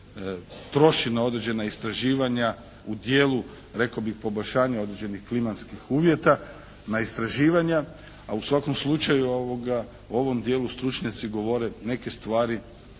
troši na određena istraživanja u dijelu rekao bih poboljšanja određenih klimatskih uvjeta na istraživanja, a u svakom slučaju u ovom dijelu stručnjaci govore neke stvari